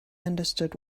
understood